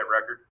record